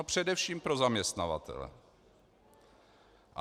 Především pro zaměstnavatele.